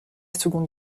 seconde